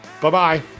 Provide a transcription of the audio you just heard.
Bye-bye